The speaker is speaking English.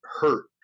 hurt